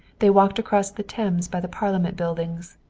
they walked across the thames by the parliament buildings,